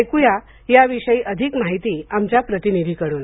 ऐकूया याविषयी अधिक माहिती आमच्या प्रतिनिधीकडून